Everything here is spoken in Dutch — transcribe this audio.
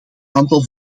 aantal